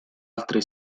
altre